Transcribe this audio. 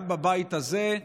גם בבית הזה,